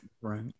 Right